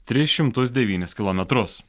tris šimtus devynis kilometrus